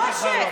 לא, לא,